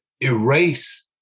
erase